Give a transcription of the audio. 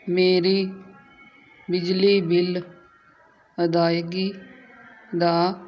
ਮੇਰੀ ਬਿਜਲੀ ਬਿੱਲ ਅਦਾਇਗੀ ਦਾ